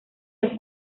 los